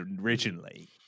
originally